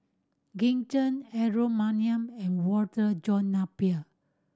Green Zeng Aaron Maniam and Walter John Napier